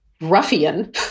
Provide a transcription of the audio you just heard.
ruffian